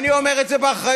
אני אומר את זה באחריות.